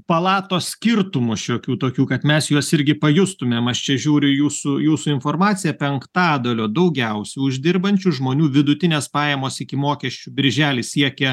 palatos skirtumų šiokių tokių kad mes juos irgi pajustumėm aš čia žiūri į jūsų jūsų informaciją penktadalio daugiausia uždirbančių žmonių vidutinės pajamos iki mokesčių birželį siekia